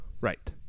Right